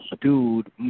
dude